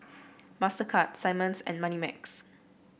Mastercard Simmons and Moneymax